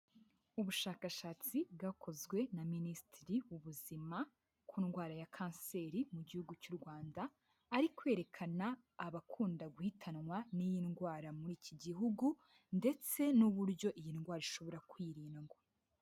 Ubushakashatsi bwakozwe na minisitiri w'ubuzima ku ndwara ya kanseri mu gihugu cy'u Rwanda, ari kwerekana abakunda guhitanwa n'iyi ndwara muri iki gihugu, ndetse n'uburyo iyi ndwara ishobora kwirindwa.